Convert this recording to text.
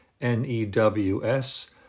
N-E-W-S